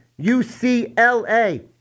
UCLA